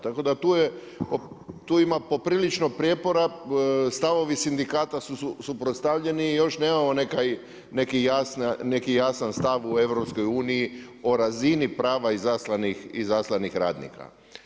Tako da tu ima poprilično prijepora, stavovi sindikata su suprotstavljeni, još nemamo neki jasan stav u EU o razini prava izaslanih radnika.